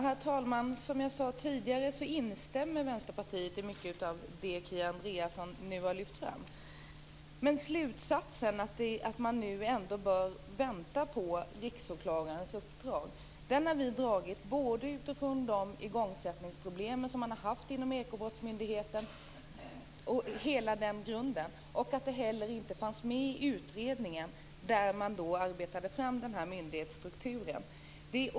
Herr talman! Som jag sade tidigare instämmer Vänsterpartiet i mycket av det Kia Andreasson nu har lyft fram, men vi har kommit till slutsatsen att man bör vänta på att Riksåklagaren fullgör sitt uppdrag. Den slutsatsen har vi dragit utifrån de igångsättningsproblem som man har haft inom Ekobrottsmyndigheten. Frågan fanns heller inte med i den utredning där man arbetade fram myndighetsstrukturen.